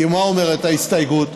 כי מה אומרת ההסתייגות?